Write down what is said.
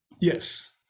Yes